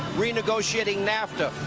renegotiating nafta.